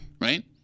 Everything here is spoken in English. right